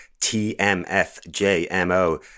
t-m-f-j-m-o